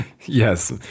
Yes